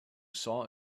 saw